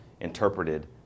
interpreted